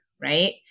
right